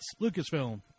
Lucasfilm